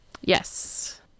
Yes